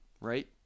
right